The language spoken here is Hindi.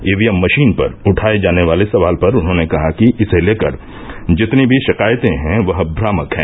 ईवीएम मषीन पर उठाये जाने वाले सवाल पर उन्होंने कहा कि इसे लेकर जितनी भी षिकायतें है वह भ्रामक है